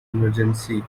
emergency